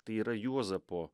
tai yra juozapo